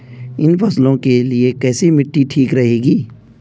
इन फसलों के लिए कैसी मिट्टी ठीक रहेगी?